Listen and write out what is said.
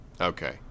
okay